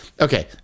Okay